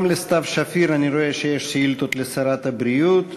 גם לסתיו שפיר אני רואה שיש שאילתות לשרת הבריאות,